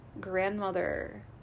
grandmother